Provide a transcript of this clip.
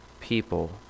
people